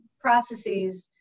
processes